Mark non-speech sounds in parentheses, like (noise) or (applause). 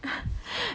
(breath)